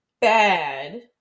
bad